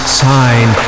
sign